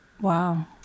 Wow